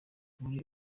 muri